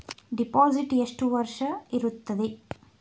Deposit ಎಷ್ಟು ವರ್ಷ ಇರುತ್ತದೆ?